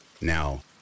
Now